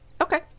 Okay